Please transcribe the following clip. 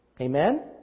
Amen